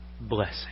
blessing